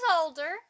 older